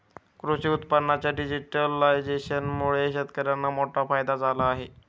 कृषी उत्पादनांच्या डिजिटलायझेशनमुळे शेतकर्यांना मोठा फायदा झाला आहे